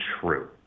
true